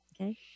Okay